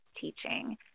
teaching